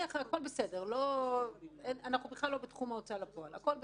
אנחנו לא בתחום ההוצאה לפועל, הכול בסדר.